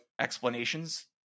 explanations